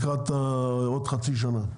לקראת עוד חצי שנה.